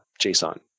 JSON